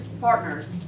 partners